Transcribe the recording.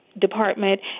Department